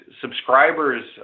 subscribers